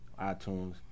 itunes